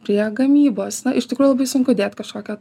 prie gamybos na iš tikrųjų labai sunku dėt kažkokią